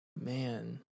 Man